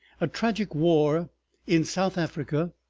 a tragic war in south africa,